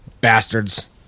Bastards